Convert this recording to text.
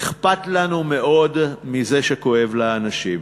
אכפת לנו מאוד מזה שכואב לאנשים.